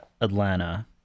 atlanta